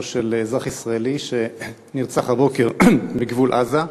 של אזרח ישראלי שנרצח הבוקר בגבול עזה,